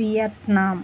Vietnam